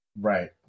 Right